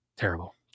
terrible